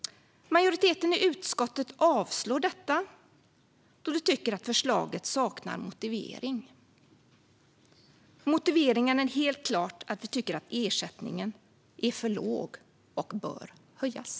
Majoriteten i utskottet avstyrker detta yrkande då de tycker att förslaget saknar motivering. Motiveringen är helt klart att vi tycker att ersättningen är för låg och bör höjas.